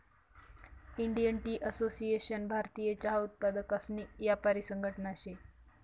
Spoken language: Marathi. इंडियन टी असोसिएशन भारतीय चहा उत्पादकसनी यापारी संघटना शे